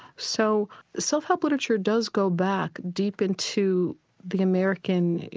so self-help literature does go back deep into the american,